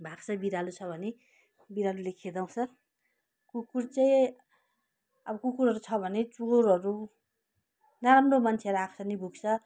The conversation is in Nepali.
भाग्छ बिरालो छ भने बिरालोले खेदाउँछ कुकुर चाहिँ अब कुकुरहरू छ भने चोरहरू नाराम्रो मान्छेहरू आएको छ भने भुक्छ